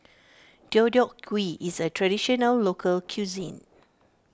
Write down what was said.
Deodeok Gui is a Traditional Local Cuisine